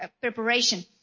preparation